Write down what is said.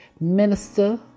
Minister